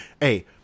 Hey